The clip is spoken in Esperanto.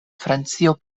francio